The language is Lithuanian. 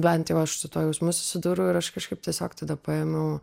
bent jau aš su tuo jausmu susidūriau ir aš kažkaip tiesiog tada paėmiau